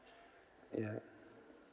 yeah